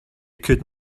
could